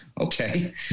okay